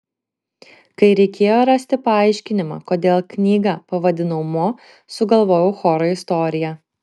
kai reikėjo rasti paaiškinimą kodėl knygą pavadinau mo sugalvojau choro istoriją